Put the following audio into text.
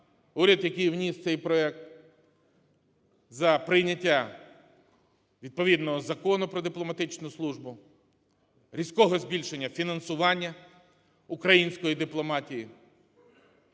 уряду, який вніс цей проект, за прийняття відповідного Закону "Про дипломатичну службу", різкого збільшення фінансування української дипломатії.